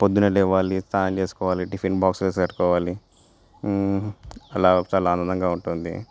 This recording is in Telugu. పొద్దున లేవాలి స్నానం చేసుకోవాలి టిఫిన్ బాక్సస్ పెట్టుకోవాలి అలా చాలా ఆనందంగా ఉంటుంది